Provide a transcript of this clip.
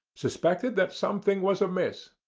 suspected that something was amiss.